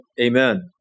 amen